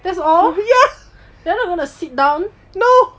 that's all they're not going to sit down